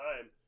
time